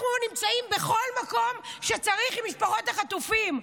אנחנו נמצאים בכל מקום שצריך עם משפחות החטופים.